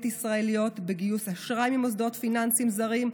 ישראליות בגיוס אשראי ממוסדות פיננסיים זרים,